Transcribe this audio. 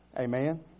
Amen